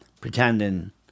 pretending